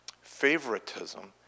favoritism